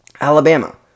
Alabama